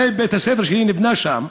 הרי בית הספר שנבנה שם